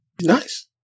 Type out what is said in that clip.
nice